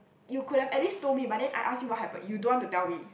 you could have at least told me but then I ask you what happen you don't want to tell me